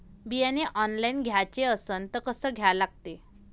बियाने ऑनलाइन घ्याचे असन त कसं घ्या लागते?